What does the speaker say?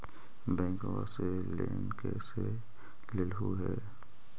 बैंकवा से लेन कैसे लेलहू हे?